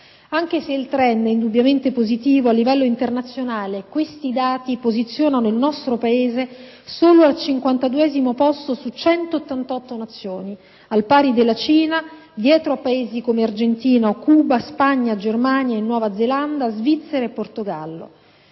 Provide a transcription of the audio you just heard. Anche se il *trend* è indubbiamente positivo, a livello internazionale questi dati posizionano il nostro Paese solo al cinquantaduesimo posto su 188 Nazioni, al pari della Cina e dietro Paesi come Argentina, Cuba, Spagna, Germania, Nuova Zelanda, Svizzera e Portogallo.